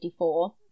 1954